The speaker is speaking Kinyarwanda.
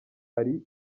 ari